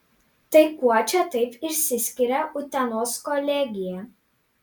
tai kuo čia taip išsiskiria utenos kolegija